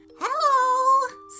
Hello